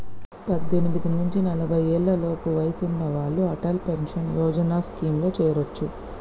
పద్దెనిమిది నుంచి నలభై ఏళ్లలోపు వయసున్న వాళ్ళు అటల్ పెన్షన్ యోజన స్కీమ్లో చేరొచ్చు